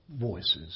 voices